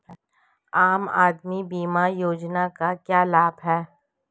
आम आदमी बीमा योजना के क्या लाभ हैं?